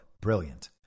Brilliant